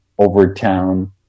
Overtown